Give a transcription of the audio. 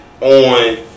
on